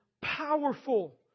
powerful